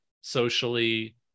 socially